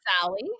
Sally